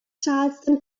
charleston